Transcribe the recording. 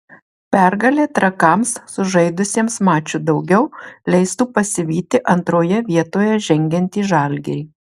pergalė trakams sužaidusiems maču daugiau leistų pasivyti antroje vietoje žengiantį žalgirį